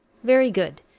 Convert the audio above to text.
very good.